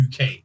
UK